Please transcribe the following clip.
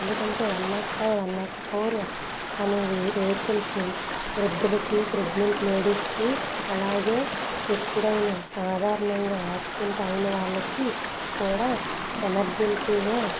ఎందుకంటే one nought five one nought four అనేవి vehicles వృద్ధులకి ప్రెగ్నెంట్ లేడీస్కి అలాగే ఎప్పుడైనా సాధారణంగా యాక్సిడెంట్ అయిన వాళ్ళకి కూడా ఎమర్జెన్సీగా